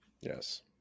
Yes